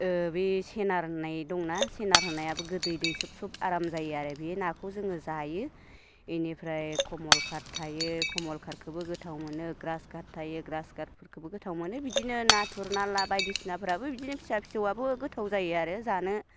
बे सेनार होननाय दंना सेनार होननायाबो गोदै दैसुबसुब आराम जायो आरो बे नाखौ जोङो जायो बेनिफ्राय कमल काट थायो कमल काटखौबो गोथाव मोनो ग्रास काट थायो ग्रास खाटफोरखौबो गोथाव मोनो बिदिनो नाथुर नाला बायदिसिनाफोराबो बिदिनो फिसा फिसौआबो गोथाव जायो आरो जानो